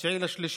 ב-9 במרץ,